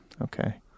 Okay